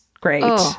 great